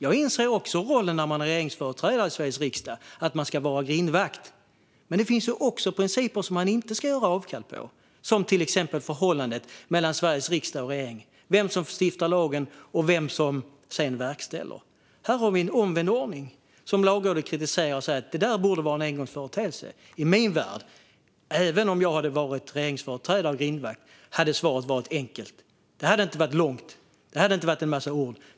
Jag inser att man i rollen som regeringsföreträdare i Sveriges riksdag ska vara grindvakt, men det finns ju också principer som man inte ska göra avkall på, till exempel förhållandet mellan Sveriges riksdag och regering, vem som stiftar lagen och vem som sedan verkställer. Här föreslås en omvänd ordning som Lagrådet kritiserar och säger borde vara en engångsföreteelse. I min värld - även om jag hade varit regeringsföreträdare och grindvakt - hade svaret varit enkelt. Det hade inte varit långt. Det hade inte varit en massa ord.